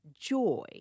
Joy